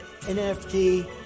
nft